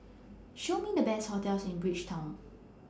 Show Me The Best hotels in Bridgetown